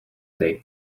day